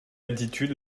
altitude